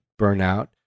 burnout